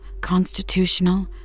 constitutional